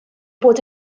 bod